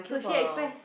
Sushi-Express